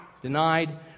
denied